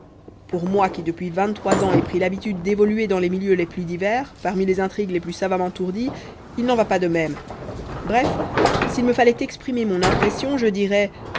pour moi qui depuis vingttrois ans ai pris l'habitude d'évoluer dans les milieux les plus divers parmi les intrigues les plus savamment ourdies il n'en va pas de même bref s'il me fallait exprimer mon impression je dirais